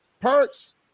perks